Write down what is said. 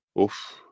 Oof